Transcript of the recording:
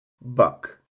buck